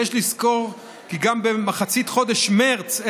ויש לזכור כי גם באמצע חודש מרץ,